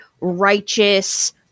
righteous